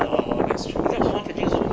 orh orh orh that's true also